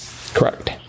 Correct